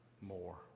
more